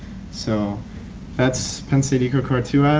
so that's penn state ecocar two